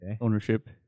ownership